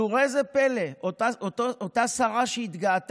אבל ראה זה פלא, אותה שרה שהתגאתה,